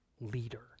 leader